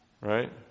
Right